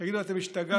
תגידו, אתם השתגעתם?